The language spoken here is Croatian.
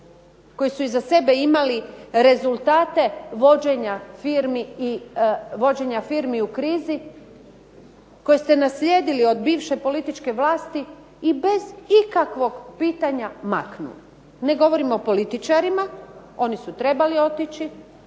koji su iza sebe imali rezultate vođenja firmi u krizi, koje ste naslijedili od bivše političke vlasti i bez ikakvog pitanja maknuli. Ne govorim o političarima, oni su trebali otići,